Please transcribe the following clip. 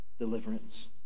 deliverance